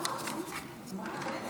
שלוש דקות